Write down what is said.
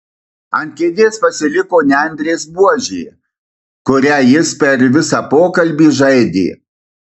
ant kėdės pasiliko nendrės buožė kuria jis per visą pokalbį žaidė